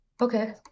Okay